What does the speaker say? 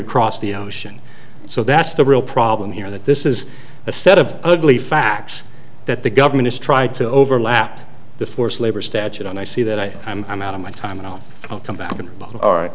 across the ocean so that's the real problem here that this is a set of ugly facts that the government is trying to overlap the forced labor statute and i see that i am i'm out of my time and i'll